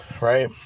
right